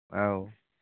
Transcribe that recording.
औ